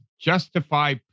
justify